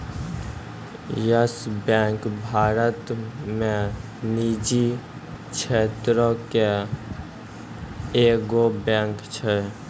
yes Bank Bharat मे निजी क्षेत्रो के एगो बैंक छै